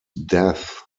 death